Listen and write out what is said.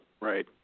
Right